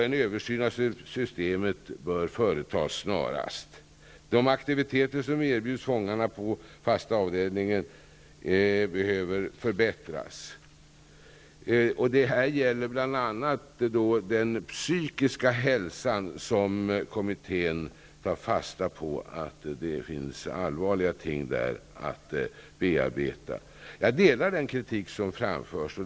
En översyn av systemet bör företas snarast. De aktiviteter som erbjuds fångarna på fasta avdelningen behöver förbättras. Kommittén tar fasta på att det finns allvarliga ting att bearbeta när det gäller den psykiska hälsan. Jag instämmer i den kritik som framförs.